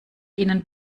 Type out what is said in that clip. ihnen